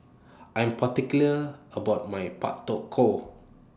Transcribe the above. I Am particular about My Pak Thong Ko